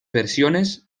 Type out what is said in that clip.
versiones